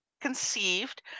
conceived